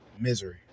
misery